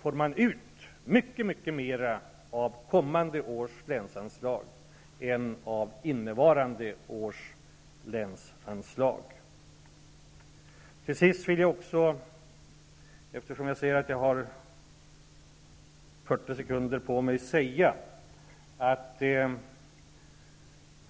får ut mycket mer av kommande års länsanslag än av innevarande års länsanslag. Eftersom jag ser att jag har 40 sekunders taletid kvar vill jag också säga följande.